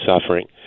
suffering